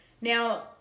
Now